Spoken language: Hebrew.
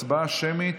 הצבעה שמית.